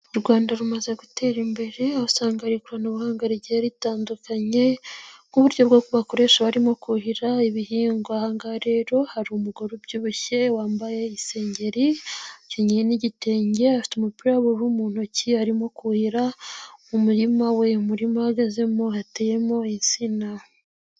U Rwanda rumaze gutera imbere aho usanga hari ikoranabuhanga rigiye ritandukanye ,nk'uburyo bw'uko bakoresha barimo kuhira ibihingwa. aha ngaha rero hari umugore ubyibushye ,wambaye isengeri n'igitenge. Afite umupira w'ubururu mu ntoki, arimo kuhira umurima we ,umurima ahagazemo hateyemo insina.